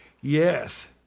Yes